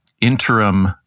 interim